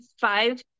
five